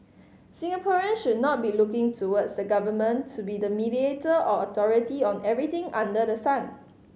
Singaporeans should not be looking towards the government to be the mediator or authority on everything under the sun